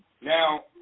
Now